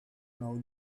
know